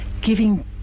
giving